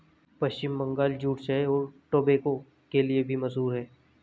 पश्चिम Bangal jute चाय और tobacco के लिए भी मशहूर है